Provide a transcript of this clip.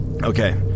Okay